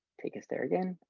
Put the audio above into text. take us there again.